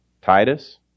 titus